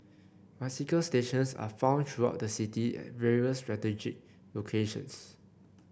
bicycle stations are found throughout the city at various strategic locations